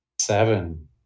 Seven